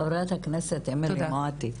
חברת הכנסת אמילי חיה מואטי,